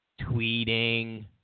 tweeting